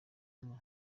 nka